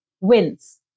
wins